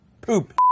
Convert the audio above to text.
Poop